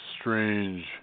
strange